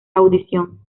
audición